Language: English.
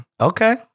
okay